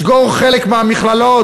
סגור חלק מהמכללות,